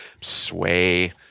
Sway